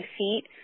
feet